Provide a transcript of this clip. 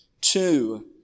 two